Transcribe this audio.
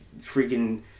freaking